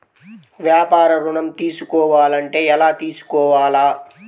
వ్యాపార ఋణం తీసుకోవాలంటే ఎలా తీసుకోవాలా?